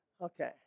Okay